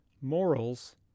morals